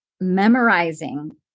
memorizing